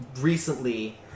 recently